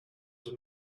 els